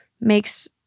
makes